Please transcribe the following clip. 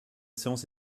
séance